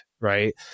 Right